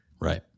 right